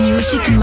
Music